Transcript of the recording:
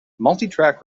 multitrack